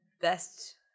best